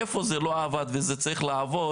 איפה זה לא עבד וצריך לעבוד,